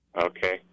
Okay